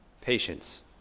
patience